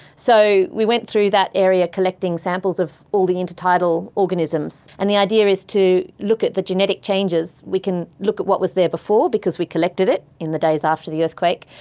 so we went through that area collecting samples of all the intertidal organisms. and the idea is to look at the genetic changes, we can look at what was there before because we collected it in the days after the earthquake,